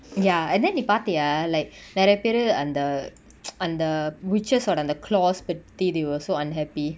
ya and then நீ பாத்தியா:nee paathiya like நெரயபேரு அந்த:nerayaperu antha அந்த:antha witches ஓட அந்த:oda antha close பத்தி:pathi they were so unhappy